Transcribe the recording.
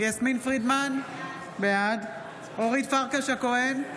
יסמין פרידמן, בעד אורית פרקש הכהן,